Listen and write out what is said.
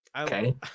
Okay